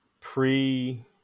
pre